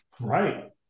Right